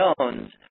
Jones